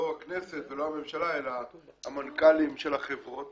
הכנסת ולא הממשלה אלא המנכ"לים של החברות